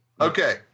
Okay